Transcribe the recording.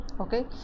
okay